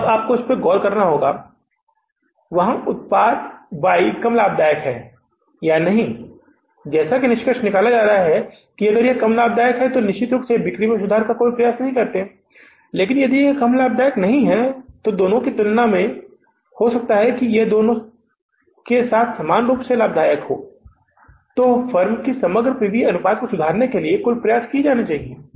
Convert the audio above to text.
और अब हमें इस पर गौर करना होगा वहां उत्पाद Y कम लाभदायक है या नहीं जैसा कि यह निष्कर्ष निकाला जा रहा है कि अगर यह कम लाभदायक है और निश्चित रूप से बिक्री में सुधार के लिए कोई प्रयास नहीं करते हैं लेकिन यदि यह कम लाभदायक नहीं है दूसरों की तुलना में दो या हो सकता है कि यह दो अन्य के साथ सामान रूप से लाभदायक है तो फर्म के समग्र पी वी अनुपात में सुधार करने के लिए कुल प्रयास किया जाना चाहिए